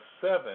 seven